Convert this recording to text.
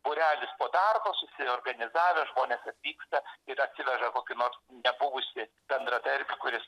būrelis po darbo susiorganizavę žmonės atvyksta ir atsivežą kokį nors nebuvusį bendradarbį kuris